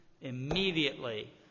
immediately